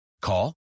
Call